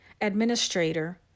administrator